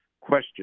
question